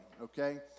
okay